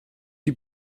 die